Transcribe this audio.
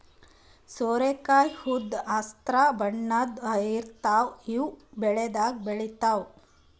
ಸೋರೆಕಾಯಿ ಉದ್ದ್ ಹಸ್ರ್ ಬಣ್ಣದ್ ಇರ್ತಾವ ಇವ್ ಬೆಳಿದಾಗ್ ಬೆಳಿತಾವ್